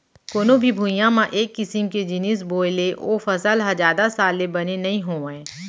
कोनो भी भुइंया म एक किसम के जिनिस बोए ले ओ फसल ह जादा साल ले बने नइ होवय